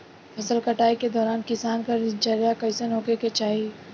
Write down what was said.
फसल कटाई के दौरान किसान क दिनचर्या कईसन होखे के चाही?